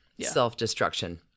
self-destruction